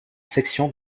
section